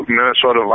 Minnesota